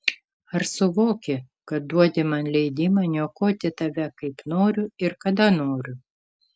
ar suvoki kad duodi man leidimą niokoti tave kaip noriu ir kada noriu